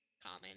Common